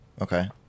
Okay